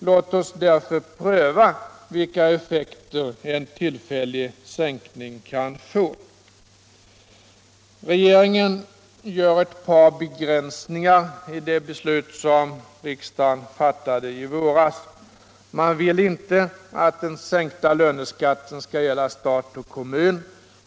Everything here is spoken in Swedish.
Låt oss därför pröva vilka effekter en tillfällig sänkning kan få. Regeringen har gjort ett par begränsningar i det beslut som riksdagen fattade i våras. Man vill inte att den sänkta löneskatten skall gälla stat och kommun.